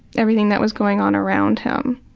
everything that was going on around him.